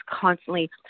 constantly